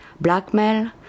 blackmail